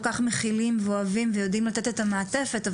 כך מכילים ואוהבים ויודעים לתת את המעטפת,